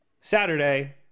Saturday